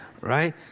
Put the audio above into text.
right